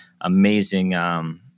amazing